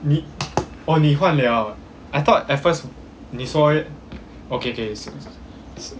你 oh 你换了 I thought at first 你说 okay K